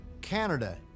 Canada